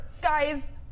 guys